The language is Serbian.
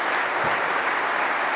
Hvala.